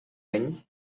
vent